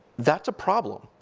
that's a problem.